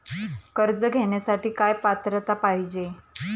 कर्ज घेण्यासाठी काय पात्रता पाहिजे?